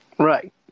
Right